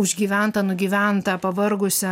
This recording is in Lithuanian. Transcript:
užgyventą nugyventą pavargusią